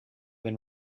been